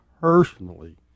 personally